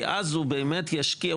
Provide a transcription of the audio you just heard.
כי אז הוא באמת ישקיע.